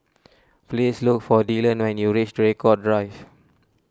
please look for Dillon when you reach Draycott Drive